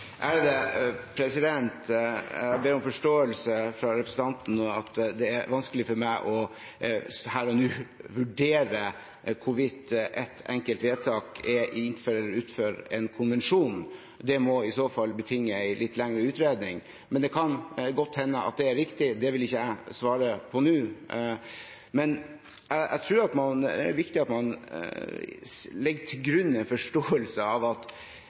Jeg ber om forståelse fra representanten for at det er vanskelig for meg her og nå å vurdere hvorvidt ett enkelt vedtak er innenfor eller utenfor en konvensjon. Det må i så fall betinge en litt lengre utredning. Men det kan godt hende at det er riktig. Det vil ikke jeg svare på nå. Jeg tror at det er viktig at man legger til grunn en forståelse av at